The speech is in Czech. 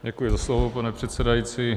Děkuji za slovo, pane předsedající.